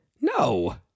No